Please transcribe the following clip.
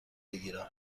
بگیرم